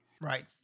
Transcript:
Right